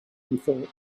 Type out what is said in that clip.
thought